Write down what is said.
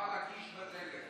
יואב הקיש בדלת,